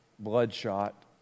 bloodshot